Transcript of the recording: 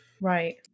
Right